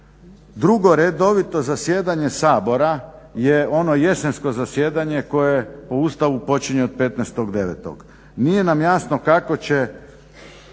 drugo redovito zasjedanje Sabora je ono jesensko zasjedanje koje po Ustavu počinje od 15.9. Nije nam jasno kako će